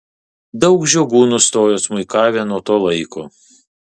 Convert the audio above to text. daug žiogų nustojo smuikavę nuo to laiko